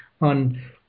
on